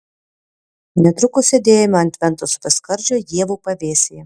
netrukus sėdėjome ant ventos upės skardžio ievų pavėsyje